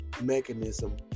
mechanism